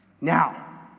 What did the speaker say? Now